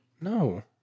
No